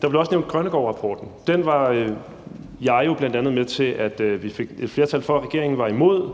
blev også nævnt. Den var jeg jo bl.a. med til at vi fik et flertal for. Regeringen var imod.